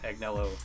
Agnello